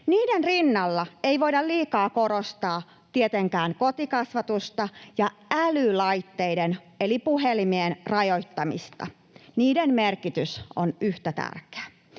Tämän rinnalla ei voida liikaa korostaa tietenkään kotikasvatusta ja älylaitteiden eli puhelimien rajoittamista. Niiden merkitys on yhtä tärkeä.